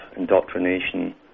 indoctrination